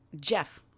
Jeff